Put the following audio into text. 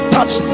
Touch